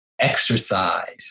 exercise